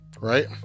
right